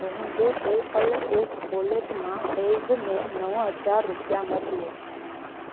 मुंहिंजे PayPal app wallet मां पैज़ में नव हज़ार रुपिया मोकिलियो